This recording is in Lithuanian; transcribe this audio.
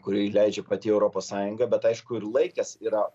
kūrį leidžia pati europos sąjunga bet aišku ir laikas yra